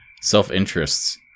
self-interests